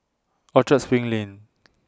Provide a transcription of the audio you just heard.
Orchard SPRING Lane